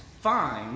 fine